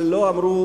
אבל לא אמרו,